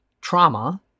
trauma